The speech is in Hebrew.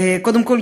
קודם כול,